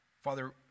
Father